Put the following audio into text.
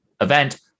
event